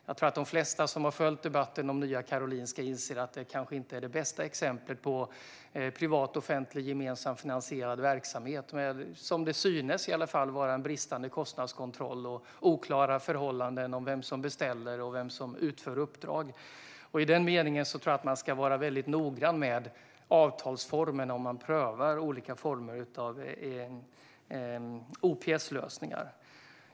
Jag tror att de flesta som har följt debatten om NKS inser att det kanske inte är det bästa exemplet på gemensamt finansierad offentlig-privat verksamhet, då det har varit vad som i alla fall synes vara bristande kostnadskontroll och oklara förhållanden i fråga om vem som beställer och vem som utför uppdrag. I den meningen tror jag att man ska vara noggrann med avtalsformen om man prövar olika former av OPS-lösningar.